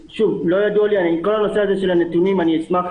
כל הנושא של הנתונים אשמח